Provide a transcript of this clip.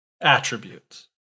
attributes